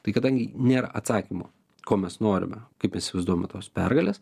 tai kadangi nėr atsakymo ko mes norime kaip mes įsivaizduojame tos pergalės